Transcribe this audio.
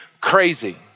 crazy